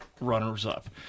runners-up